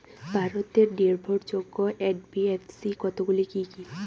ভারতের নির্ভরযোগ্য এন.বি.এফ.সি কতগুলি কি কি?